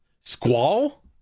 Squall